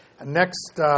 Next